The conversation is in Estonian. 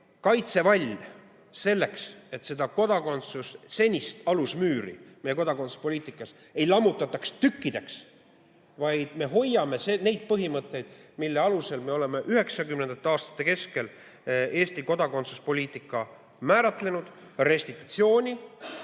kaitsevall selleks, et senist alusmüüri meie kodakondsuspoliitikas ei lammutataks tükkideks, vaid me hoiame neid põhimõtteid, mille alusel me oleme 1990. aastate keskel Eesti kodakondsuspoliitika määratlenud. Restitutsiooni